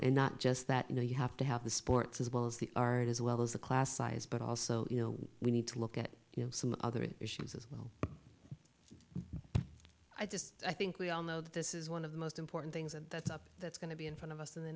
and not just that you know you have to have the sports as well as the art as well as the class size but also you know we need to look at you know some other issues as well i just i think we all know that this is one of the most important things and that's up that's going to be in front of us in the